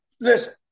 listen